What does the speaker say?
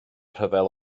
rhyfel